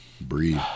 breathe